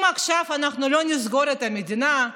אם עכשיו אנחנו לא נסגור את המדינה,